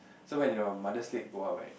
so when your mother's leg go up right